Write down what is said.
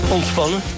Ontspannen